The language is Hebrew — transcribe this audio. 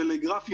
ולגרף אימונים,